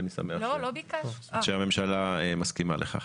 אני שמח שהממשלה מסכימה לכך.